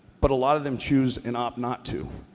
but a lot of them choose and opt not to.